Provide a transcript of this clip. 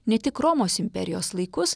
ne tik romos imperijos laikus